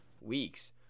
weeks